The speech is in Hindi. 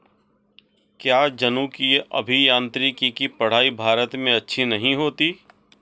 क्या जनुकीय अभियांत्रिकी की पढ़ाई भारत में अच्छी नहीं होती?